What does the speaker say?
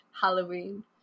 Halloween